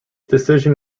decision